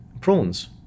prawns